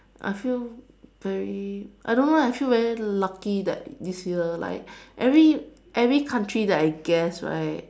I feel very I don't know I feel very lucky that like this year like every every country that I guess right